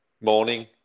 morning